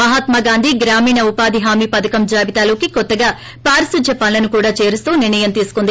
మహాత్మాగాంధీ గ్రామీణ ఉపాధి హామీ పథకం జాబితాలోకి కొత్తగా పారిశుధ్య పనులను కూడా చేరుస్తూ నిర్ణయం తీసుకుంది